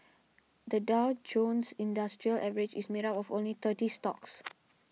the Dow Jones Industrial Average is made up of only thirty stocks